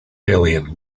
alien